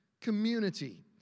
community